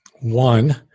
One